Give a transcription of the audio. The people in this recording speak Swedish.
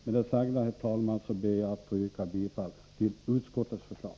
Med det sagda, herr talman, ber jag att få yrka bifall till utskottets förslag.